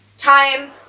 time